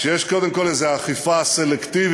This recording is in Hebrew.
שיש קודם כול איזו אכיפה סלקטיבית,